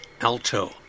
Alto